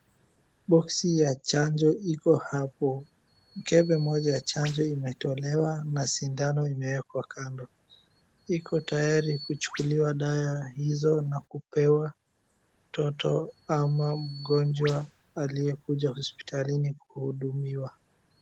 Boxi ya chanjo iko hapo. Mkembe mmoja ya chanjo imetolewa na sindano imeekwa kando. Iko tayari kuchukuliwa dawa hizo na kupewa mtoto ama mgonjwa aliyekuja hospitalini kuhudumiwa.